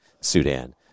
Sudan